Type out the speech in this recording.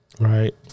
Right